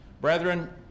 Brethren